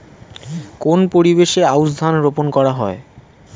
কোন পরিবেশে আউশ ধান রোপন করা হয়?